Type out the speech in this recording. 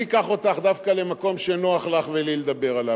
אני אקח אותך דווקא למקום שנוח לך ולי לדבר עליו,